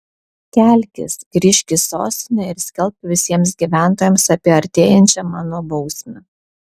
kelkis grįžk į sostinę ir skelbk visiems gyventojams apie artėjančią mano bausmę